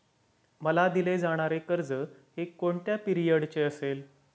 मला दिले जाणारे कर्ज हे कोणत्या पिरियडचे असेल?